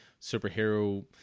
superhero